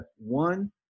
one